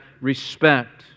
respect